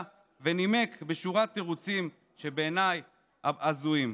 ונימק בשורת תירוצים שבעיניי הזויים.